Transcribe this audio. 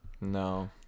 No